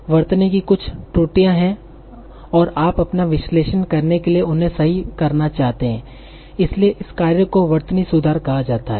वर्तनी की कुछ त्रुटियां हैं और आप अपना विश्लेषण करने के लिए उन्हें सही करना चाहते हैं इसलिए इस कार्य को वर्तनी सुधार कहा जाता है